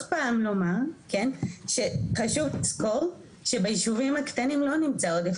פעם לומר שחשוב לזכור שביישובים הקטנים לא נמצא עודף